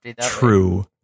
true